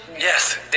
Yes